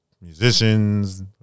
musicians